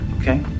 okay